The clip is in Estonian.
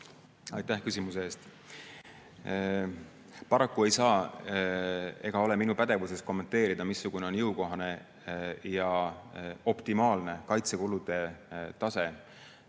Aitäh küsimuse eest! Paraku ei saa ega ei ole minu pädevuses kommenteerida, missugune on jõukohane ja optimaalne kaitsekulude tase